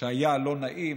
והיה לא נעים,